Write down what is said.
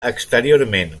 exteriorment